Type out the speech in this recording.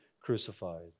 crucified